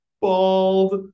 Bald